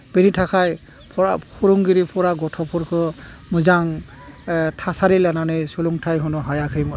बैनि थाखाय फरा फोरोंगिरिफोरा गथ'फोरखो मोजां थासारि लानानै सोलोंथाइ होनो हायाखैमोन